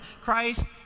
Christ